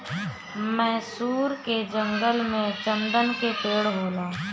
मैसूर के जंगल में चन्दन के पेड़ होला